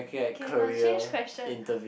K no change question